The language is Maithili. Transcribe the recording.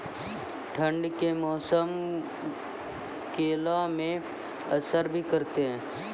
ठंड के मौसम केला मैं असर भी करते हैं?